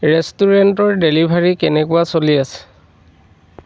ৰেষ্টুৰেণ্টৰ ডেলিভাৰী কেনেকুৱা চলি আছে